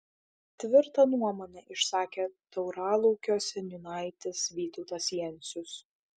tvirtą nuomonę išsakė tauralaukio seniūnaitis vytautas jencius